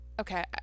Okay